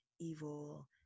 evil